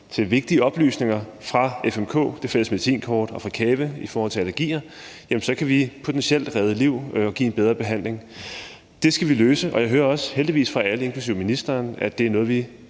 til vigtige oplysninger fra FMK, Fælles Medicinkort, og fra CAVE i forhold til allergier, kan vi potentielt redde liv og give en bedre behandling. Det skal vi løse, og jeg hører heldigvis også fra alle inklusive ministeren, at det er noget, vi